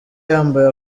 yambaye